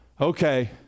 okay